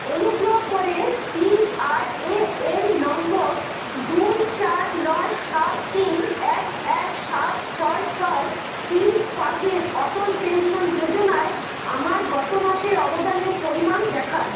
অনুগ্রহ করে পিআরএএন নম্বর দুই চার নয় সাত তিন এক এক সাত ছয় ছয় তিন পাঁচের অটল পেনশন যোজনায় আমার গত মাসের অবদানের পরিমাণ দেখান